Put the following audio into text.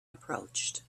approached